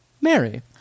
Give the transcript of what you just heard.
Mary